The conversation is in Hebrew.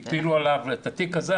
הטילו עליו את התיק הזה,